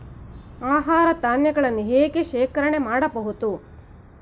ಆಹಾರ ಧಾನ್ಯಗಳನ್ನು ಹೇಗೆ ಶೇಖರಣೆ ಮಾಡಬಹುದು?